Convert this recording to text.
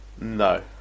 No